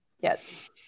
Yes